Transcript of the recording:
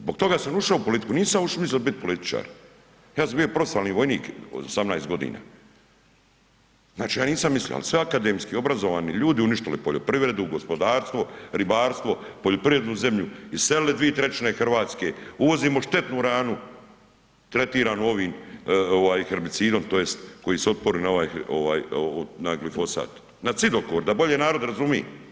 Zbog toga sam ušao u politiku, nisam mislio biti političar, ja sam bio profesionalni vojnik 18 godina, znači ja nisam mislio, a sve akademski obrazovni ljudi uništili poljoprivredu, gospodarstvo, ribarstvo, poljoprivrednu zemlju, iselili 2/3 Hrvatske, uvozimo štetnu hranu tretiranu ovim ovaj herbicidom tj. koji su otporni na ovaj na glifosat, na cidokor da bolje narod razumi.